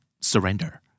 surrender